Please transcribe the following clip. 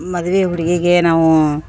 ಮದ್ವೆ ಹುಡುಗಿಗೆ ನಾವು